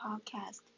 Podcast